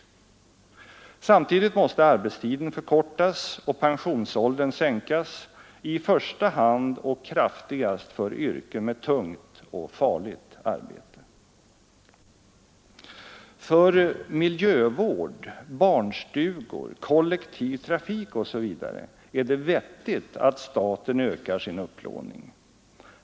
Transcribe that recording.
Samtidigt måste arbetstiden förkortas och pensionsåldern sänkas, i första hand och kraftigast för yrken med tungt och farligt arbete. För miljövård, barnstugor, kollektiv trafik m.m. är det vettigt att staten ökar sin upplåning.